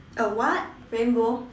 a what rainbow